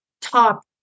top